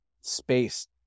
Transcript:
space